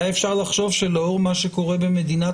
היה אפשר לחשוב שלאור מה שקורה למדינת